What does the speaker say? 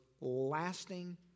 lasting